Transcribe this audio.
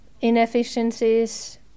inefficiencies